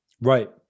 Right